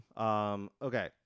Okay